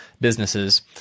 businesses